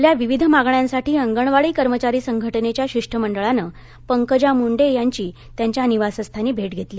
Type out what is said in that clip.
आपल्या विविध मागण्यांसाठी अंगणवाडी कर्मचारी संघटनेच्या शिष्टमंडळानं पंकजा मुंडे यांची त्यांच्या निवासस्थानी भेट घेतली